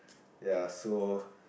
ya so